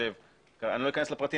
אני לא אכנס לפרטים,